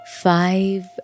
Five